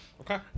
Okay